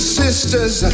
sisters